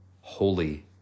holy